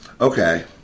Okay